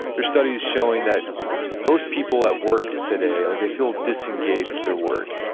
there's studies showing that most people at work today, like they feel disengaged with their work,